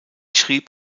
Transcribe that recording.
schrieb